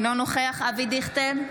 אינו נוכח אבי דיכטר,